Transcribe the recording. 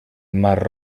mar